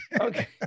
Okay